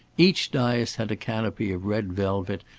each dais had a canopy of red velvet,